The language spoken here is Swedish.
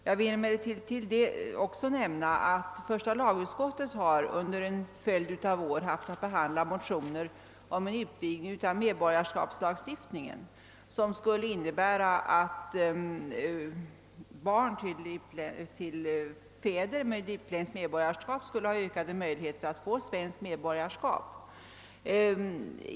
Därutöver vill jag nämna att första lagutskottet under en följd av år har haft att behandla motioner om en utvidgning av medborgarskapslagstiftningen, som skulle innebära att barn till fäder med utländskt medborgarskap skulle ges ökade möjligheter att få svenskt medborgarskap.